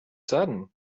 sudden